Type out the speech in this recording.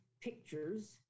pictures